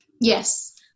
Yes